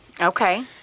Okay